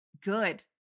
good